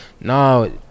no